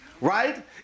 right